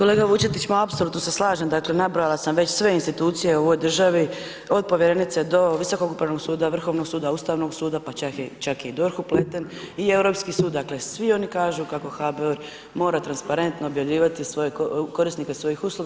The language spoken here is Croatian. Kolega Vučetić, apsolutno se slažem, dakle nabrojala sam već sve institucije u ovoj državi od povjerenice do Visokog upravnog suda, Vrhovnog suda, Ustavnog suda pa čak je i DORH upleten i Europski sud, dakle svi oni kažu kako HBOR mora transparentno objavljivati korisnike svojih usluga.